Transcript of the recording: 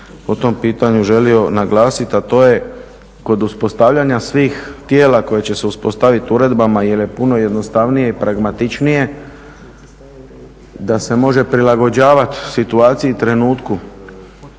po tom pitanju želio naglasiti, a to je kod uspostavljanja svih tijela koja će se uspostaviti uredbama jer je puno jednostavnije i pragmatičnije, da se može prilagođavati situaciji i trenutku